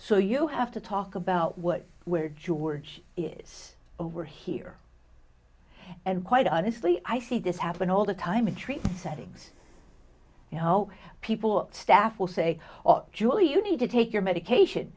so you have to talk about work where george is over here and quite honestly i see this happen all the time and treat settings you know people or staff will say julie you need to take your medication